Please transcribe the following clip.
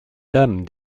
dame